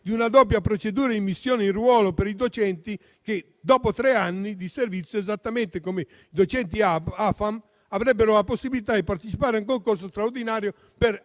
una doppia procedura per l'immissione in ruolo dei docenti che, dopo tre anni di servizio come docenti AFAM, avrebbero la possibilità di partecipare al concorso straordinario per